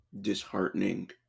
disheartening